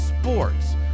sports